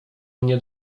mnie